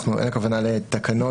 אין הכוונה לתקנות,